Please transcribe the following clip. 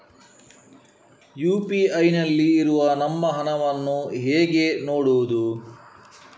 UPI ನಲ್ಲಿ ಇರುವ ನಮ್ಮ ಹಣವನ್ನು ಹೇಗೆ ನೋಡುವುದು?